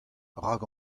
rak